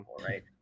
right